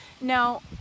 Now